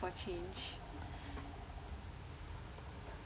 for change